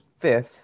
fifth